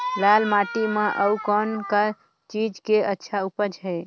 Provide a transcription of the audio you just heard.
लाल माटी म अउ कौन का चीज के अच्छा उपज है?